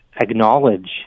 acknowledge